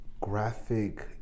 graphic